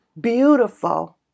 beautiful